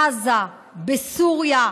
בעזה, בסוריה,